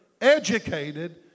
educated